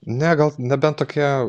ne gal nebent tokia